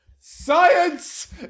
science